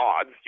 odds